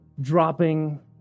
Dropping